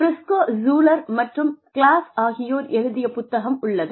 Brisco Schuler மற்றும் Klaus ஆகியோர் எழுதிய புத்தகம் உள்ளது